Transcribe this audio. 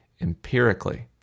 empirically